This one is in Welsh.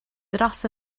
dros